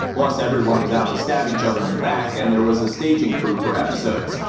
plus everyone was out to stab each other in the back, and there was a staging crew for episodes.